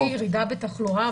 תהיה ירידה בתחלואה,